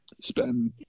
spend